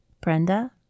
Brenda